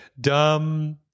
dumb